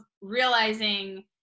realizing